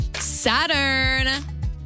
Saturn